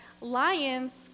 lions